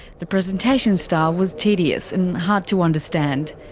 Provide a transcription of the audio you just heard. the presentation style was tedious and hard to understand.